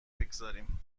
بگذاریم